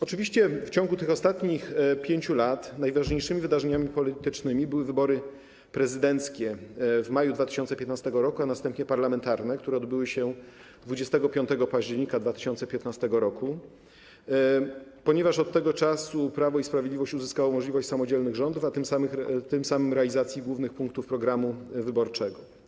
Oczywiście w ciągu tych ostatnich 5 lat najważniejszymi wydarzeniami politycznymi były wybory prezydenckie w maju 2015 r., a następnie parlamentarne, które odbyły się 25 października 2015 r., ponieważ od tego czasu Prawo i Sprawiedliwość uzyskało możliwość samodzielnych rządów, a tym samym realizacji głównych punktów programu wyborczego.